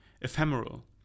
ephemeral